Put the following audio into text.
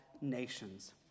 nations